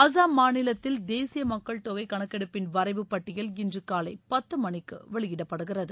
அஸ்ஸாம் மாநிலத்தில் தேசிய மக்கள் தொகை கணக்கெடுப்பின் வரைவு பட்டியல் இன்று காலை பத்து மணிக்கு வெளியிடப்படுகிறது